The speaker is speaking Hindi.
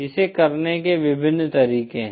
इसे करने के विभिन्न तरीके हैं